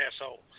asshole